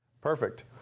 Perfect